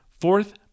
Fourth